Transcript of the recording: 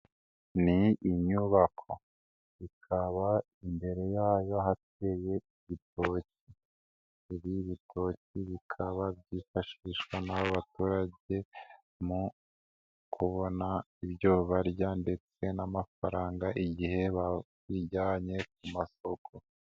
Ni inyubako, ikaba imbere yaho hateye ibitoki, ibi bitoki bikaba byifashishwa n'abaturage mu kubona ibyo barya ndetse n'amafaranga igihe babijyanye ku masoko.